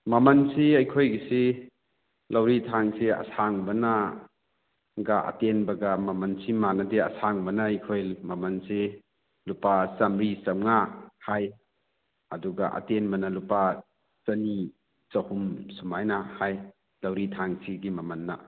ꯃꯃꯜꯁꯤ ꯑꯩꯈꯣꯏꯒꯤꯁꯤ ꯂꯧꯔꯤ ꯊꯥꯡꯁꯤ ꯑꯁꯥꯡꯕꯒ ꯑꯇꯦꯟꯕꯒ ꯃꯃꯜꯁꯤ ꯃꯥꯟꯅꯗꯦ ꯑꯁꯥꯡꯕ ꯑꯩꯈꯣꯏ ꯃꯃꯜꯁꯤ ꯂꯨꯄꯥ ꯆꯥꯃꯔꯤ ꯆꯥꯃꯉꯥ ꯍꯥꯏ ꯑꯗꯨꯒ ꯑꯇꯦꯟꯕꯅ ꯂꯨꯄꯥ ꯆꯅꯤ ꯆꯍꯨꯝ ꯁꯨꯃꯥꯏꯅ ꯍꯥꯏ ꯂꯧꯔꯤꯊꯥꯡꯁꯤꯒꯤ ꯃꯃꯜꯅ